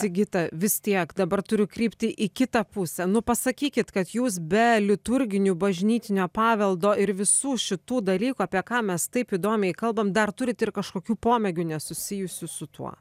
sigita vis tiek dabar turiu krypti į kitą pusę nu pasakykit kad jūs be liturginių bažnytinio paveldo ir visų šitų dalykų apie ką mes taip įdomiai kalbam dar turit ir kažkokių pomėgių nesusijusių su tuo